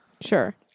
Sure